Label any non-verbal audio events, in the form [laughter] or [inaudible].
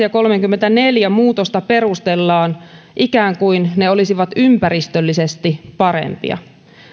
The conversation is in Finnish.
[unintelligible] ja kolmannenkymmenennenneljännen pykälän muutosta perustellaan ikään kuin ne olisivat ympäristöllisesti parempia